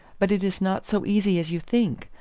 but it is not so easy as you think.